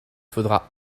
faudra